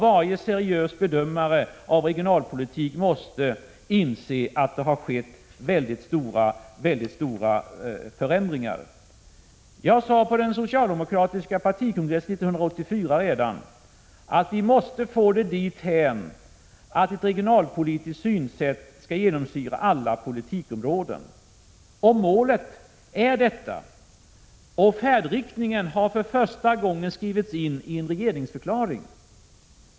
Varje seriös bedömare av regionalpolitik måste inse att det har skett mycket stora förändringar. Jag sade redan på den socialdemokratiska partikongressen 1984 att ett regionalpolitiskt synsätt måste genomsyra alla politikområden. Målet är detta, och färdriktningen har för första gången skrivits in i en regeringsförklaring.